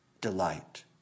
delight